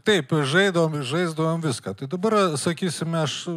taip žaidavom ir žaisdavom viską tai dabar sakysime aš su